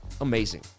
Amazing